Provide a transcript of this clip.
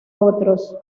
otros